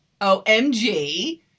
OMG